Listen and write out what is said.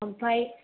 ओमफ्राय